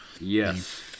Yes